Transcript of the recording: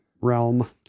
realm